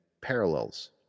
parallels